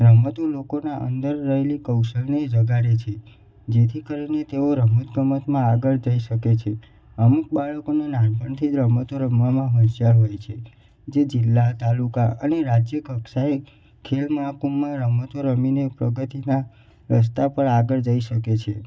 રમતો લોકોનાં અંદર રહેલી કૌશલ્ય જગાડે છે જેથી કરીને તેઓ રમત ગમતમાં આગળ જઈ શકે છે અમુક બાળકોને નાનપણથી જ રમતો રમવામાં હોંશિયાર હોય છે જે જીલ્લા તાલુકા અને રાજ્ય કક્ષાએ ખેલ મહાકુંભમાં રમતો રમીને પ્રગતિના રસ્તા પર આગળ જઈ શકે છે